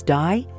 die